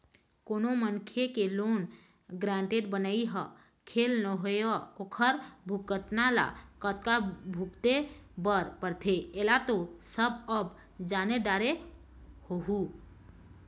कोनो मनखे के लोन गारेंटर बनई ह खेल नोहय ओखर भुगतना ल कतका भुगते बर परथे ऐला तो सब अब जाने डरे होहूँ